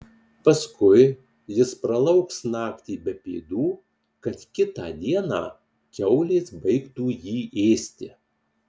paskui jis pralauks naktį be pėdų kad kitą dieną kiaulės baigtų jį ėsti